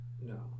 No